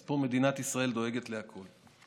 אז פה מדינת ישראל דואגת לכול.